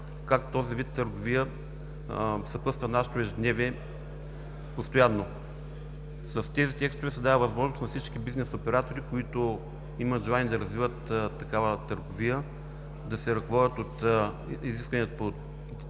как този вид търговия съпътства постоянно нашето ежедневие. С тези текстове се дава възможност на всички бизнес оператори, които имат желание да развиват такава търговия, да се ръководят от изискванията по този